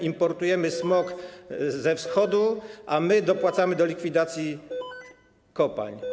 Importujemy smog ze wschodu, a my dopłacamy do likwidacji kopalń.